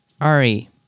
Ari